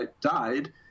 died